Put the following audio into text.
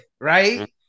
right